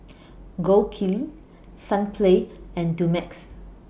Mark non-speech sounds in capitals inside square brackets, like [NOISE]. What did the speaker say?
[NOISE] Gold Kili Sunplay and Dumex